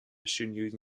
issued